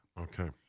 Okay